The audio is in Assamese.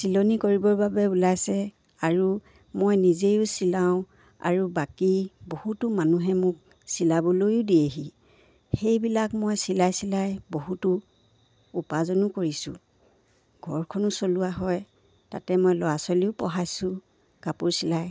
চিলনি কৰিবৰ বাবে ওলাইছে আৰু মই নিজেও চিলাওঁ আৰু বাকী বহুতো মানুহে মোক চিলাবলৈও দিয়েহি সেইবিলাক মই চিলাই চিলাই বহুতো উপাৰ্জনো কৰিছোঁ ঘৰখনো চলোৱা হয় তাতে মই ল'ৰা ছোৱালীও পঢ়াইছোঁ কাপোৰ চিলাই